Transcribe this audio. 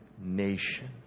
nation